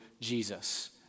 Jesus